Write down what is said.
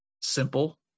simple